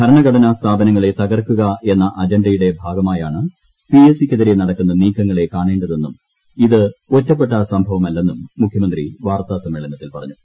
ഭരണഘടനാ സ്ഥാപനങ്ങളെ തകർക്കുക എന്ന അജണ്ടയുടെ ഭാഗമായാ ണ് പിഎസ്സിക്കെതിരെ നടക്കുന്ന നീക്കങ്ങളെ കാണേണ്ടതെന്നും ഇത് ഒറ്റപ്പെട്ട സംഭവമല്ലെന്നും മുഖ്യമന്ത്രി വാർത്താസമ്മേളനത്തിൽ പറഞ്ഞു